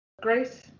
Grace